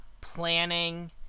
planning